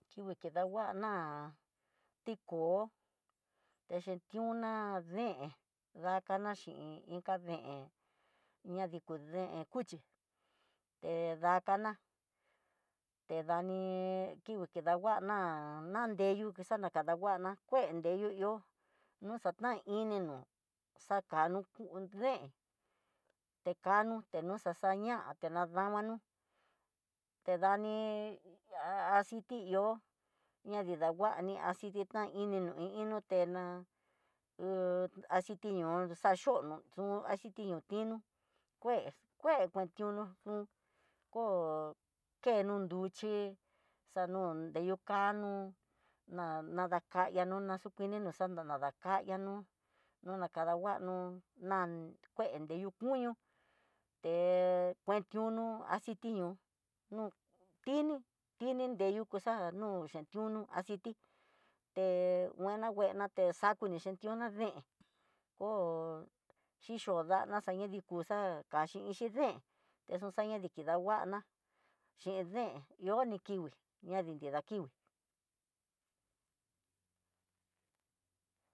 Kikui kidanguana tiko texhentioná deen dakana xhin inka deen ña diko deen cuchi té dakana, te dani kidi tindanguana nandeyu naxana kidanguana kuen deyu ihó no xatan ini nó xaka nú deen, tekano te no xa xaña atena namano te ani aciti ihó, ña nidanguani aciti ta ini no ini tená hooo aciti ñoo xhaxono aciti ño tinó kue kue kuantionó, nú koo he nun duxhii xanun ndeyu kanó na nadaka ihá no xukuini nó xanda danaka ihá no'o, na kadanguano nan kuen de yu kuñu té kuentiuno aciti ñoo no tini, nreyukuxa'a no xhentiuno, te nguena nguena te xakuni xentiuná deen koo xhixhondana xana diku xa'a kaxhin deen te xuxangri kidanguana xhin deen ihó ni kikui ña nida kikui.